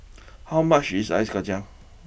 how much is Ice Kacang